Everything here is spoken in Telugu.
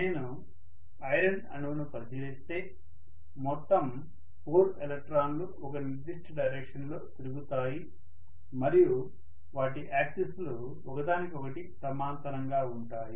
నేను ఐరన్ అణువును పరిశీలిస్తే మొత్తం 4 ఎలక్ట్రాన్లు ఒక నిర్దిష్ట డైరెక్షన్ లో తిరుగుతాయి మరియు వాటి యాక్సిస్ లు ఒకదానికొకటి సమాంతరంగా ఉంటాయి